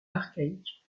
archaïque